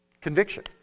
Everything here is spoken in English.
Conviction